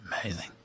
Amazing